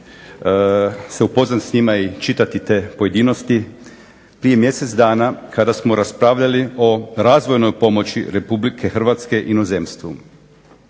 se upoznati s njima i čitati te pojedinosti prije mjesec dana kada smo raspravljali o razvojnoj pomoći Republike Hrvatske inozemstvu.